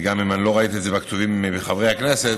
וגם אם לא ראיתי את זה בכתובים של חברי הכנסת,